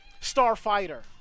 Starfighter